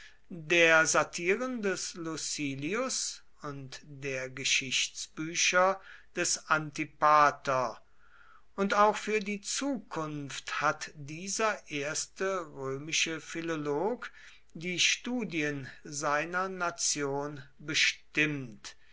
der satiren des lucilius und der geschichtsbücher des antipater und auch für die zukunft hat dieser erste römische philolog die studien seiner nation bestimmt